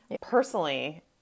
Personally